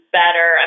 better